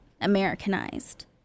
Americanized